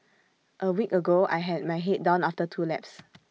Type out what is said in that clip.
A week ago I had my Head down after two laps